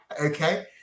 Okay